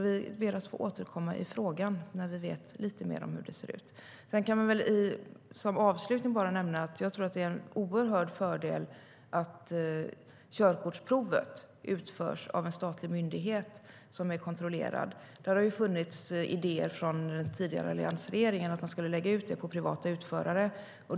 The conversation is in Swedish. Vi ber att få återkomma i frågan när vi vet lite mer om hur det ser ut. Som avslutning kan jag nämna att jag tror att det är en oerhörd fördel att körkortsprov utförs inom en statlig myndighet som är kontrollerad. Det fanns idéer hos den tidigare alliansregeringen om att lägga ut detta på privata utförare.